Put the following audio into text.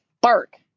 bark